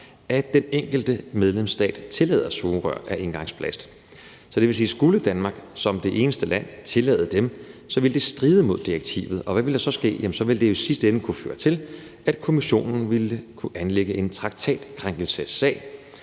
at den enkelte medlemsstat tillader sugerør af engangsplast. Så det vil sige, at skulle Danmark som det eneste land tillade dem, ville det stride imod direktivet. Og hvad ville der så ske? Så ville det i sidste ende føre til, at Kommissionen ville kunne anlægge en traktatkrænkelsessag.